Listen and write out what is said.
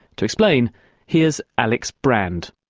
to explain here's alex brand.